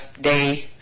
day